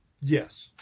Yes